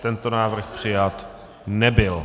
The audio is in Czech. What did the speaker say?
Tento návrh přijat nebyl.